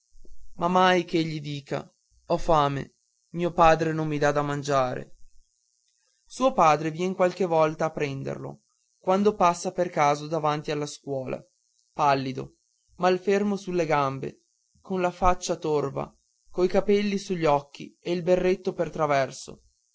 ma mai ch'egli dica ho fame mio padre non mi dà da mangiare suo padre vien qualche volta a prenderlo quando passa per caso davanti alla scuola pallido malfermo sulle gambe con la faccia torva coi capelli sugli occhi e il berretto per traverso